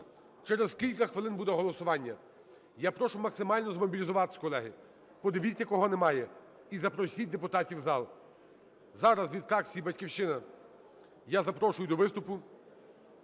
через кілька хвилин буде голосування. Я прошу максимально змобілізуватися, колеги. Подивіться, кого немає, і запросіть депутатів у зал. Зараз від фракції "Батьківщина" я запрошую до виступу